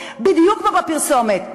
בדיוק כמו בפרסומת.